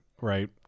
right